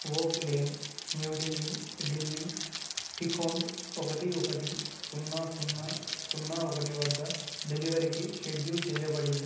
oak lane New Delhi Delhi pin code ఒకటి ఒకటి సున్నా సున్నా సున్నా ఒకటి వద్ద డెలివరీకి షెడ్యూల్ చెయ్యబడింది